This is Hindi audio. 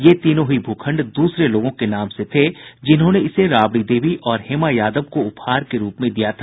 ये तीनों ही भू खण्ड दूसरे लोगों के नाम से थे जिन्होंने इसे राबड़ी देवी और हेमा यादव को उपहार के रूप में दिया था